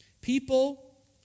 People